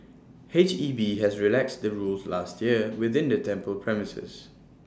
H E B has relaxed the rules last year within the temple premises